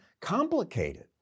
complicated